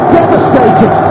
devastated